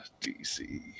DC